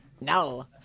No